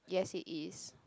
yes it is